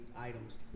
items